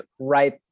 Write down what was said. right